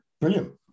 Brilliant